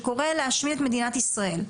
שקורא להשמיד את מדינת ישראל,